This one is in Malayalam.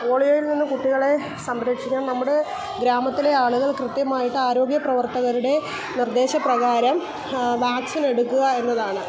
പോളിയോയിൽനിന്ന് കുട്ടികളെ സംരക്ഷിക്കാം നമ്മുടെ ഗ്രാമത്തിലെ ആളുകൾ കൃത്യമായിട്ട് ആരോഗ്യപ്രവർത്തകരുടെ നിർദ്ദേശപ്രകാരം വാക്സിനെടുക്കുക എന്നതാണ്